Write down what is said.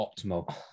optimal